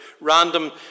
random